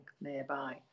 nearby